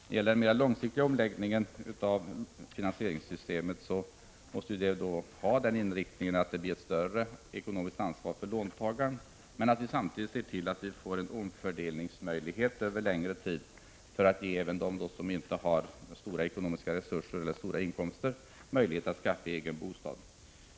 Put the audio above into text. Den mera långsiktiga omläggningen av finansieringssystemet måste ha en sådan inriktning att låntagaren får större ekonomiskt ansvar. Samtidigt måste vi se till att det skapas förutsättningar för en omfördelning över en längre tid för att ge även dem som inte har stora ekonomiska resurser eller stora inkomster möjlighet att skaffa egen bostad.